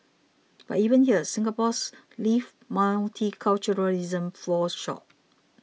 but even here Singapore's lived multiculturalism falls short